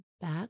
back